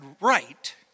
right